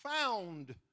found